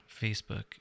Facebook